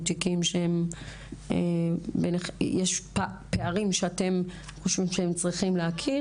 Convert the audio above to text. או תיקים שיש פערים שאתם חושבים שהם צריכים להכיר,